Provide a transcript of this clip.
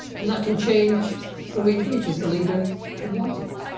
and that can change from week to week as the leader would want it.